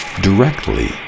directly